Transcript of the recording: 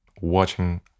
watching